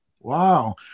Wow